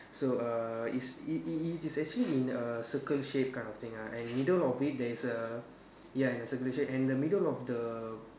so err is it it is actually in a circle shape kind of thing uh and middle of it there is a ya in the circulation and the middle of the